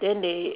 then they